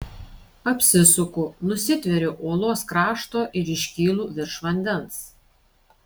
apsisuku nusitveriu uolos krašto ir iškylu virš vandens